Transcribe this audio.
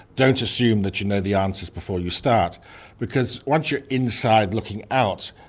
don't assume that you know the answers before you start because once you're inside looking out,